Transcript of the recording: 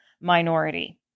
minority